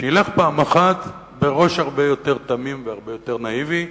שילך פעם אחת בראש הרבה יותר תמים והרבה יותר נאיבי,